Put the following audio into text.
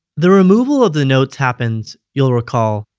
the removal of the notes happens, you'll recall,